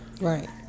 Right